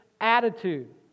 attitude